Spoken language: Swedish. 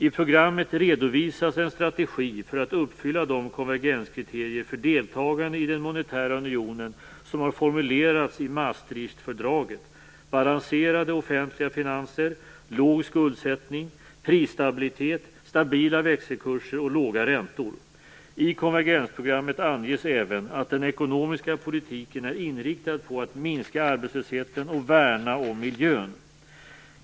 I programmet redovisas en strategi för att uppfylla de konvergenskriterier för deltagande i den monetära unionen som har formulerats i Maastrichtfördraget - balanserade offentliga finanser, låg skuldsättning, prisstabilitet, stabila växelkurser och låga räntor. I konvergensprogrammet anges även att den ekonomiska politiken är inriktad på att minska arbetslösheten och värna om miljön.